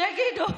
שיגידו.